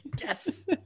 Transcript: Yes